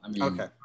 Okay